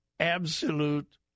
Absolute